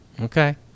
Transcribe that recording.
Okay